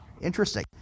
Interesting